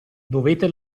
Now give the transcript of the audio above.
dovete